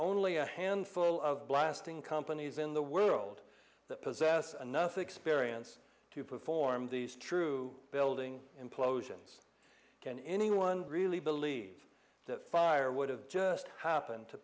only a handful of blasting companies in the world that possess enough experience to perform these true building implosions can anyone really believe that fire would have just happened to